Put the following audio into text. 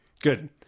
Good